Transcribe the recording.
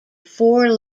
four